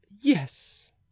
yes